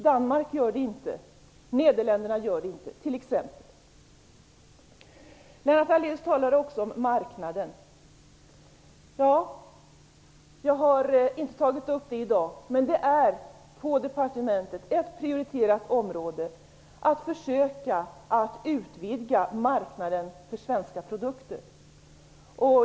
Danmark gör det inte, och Nederländerna gör det t.ex. inte. Lennart Daléus talade också om marknaden. Jag har inte tagit upp det i dag, men att försöka utvidga marknaden för svenska produkter är ett prioriterat område på departementet.